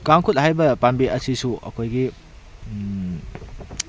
ꯀꯥꯡꯈꯨꯠ ꯍꯥꯏꯕ ꯄꯥꯝꯕꯤ ꯑꯁꯤꯁꯨ ꯑꯩꯈꯣꯏꯒꯤ